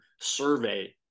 survey